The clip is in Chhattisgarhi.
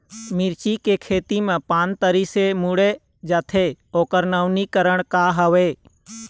मिर्ची के खेती मा पान तरी से मुड़े जाथे ओकर नवीनीकरण का हवे?